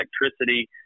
electricity